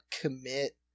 commit